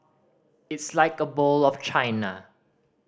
it's like a bowl of China